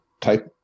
Type